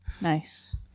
Nice